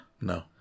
No